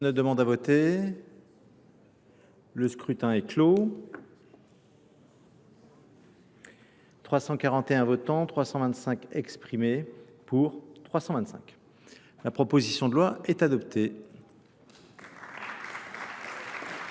demande à voter. Le scrutin est clos. 341 votants, 325 exprimés pour 325. La proposition de loi est adoptée. Conformément